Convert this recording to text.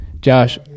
Josh